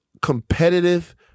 Competitive